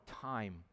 time